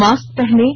mask पहनें